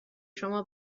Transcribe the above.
شما